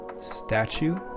statue